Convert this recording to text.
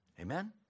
Amen